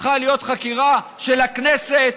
צריכה להיות חקירה של הכנסת.